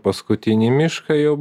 paskutinį mišką jau